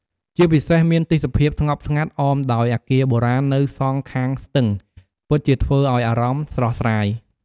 ជាពិសេសមានទេសភាពស្ងប់ស្ងាត់អមដោយអគារបុរាណនៅសងខាងស្ទឹង ពិតជាធ្វើឱ្យអារម្មណ៍ស្រស់ស្រាយ។